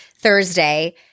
Thursday